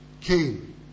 came